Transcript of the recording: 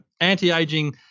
anti-aging